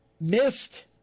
missed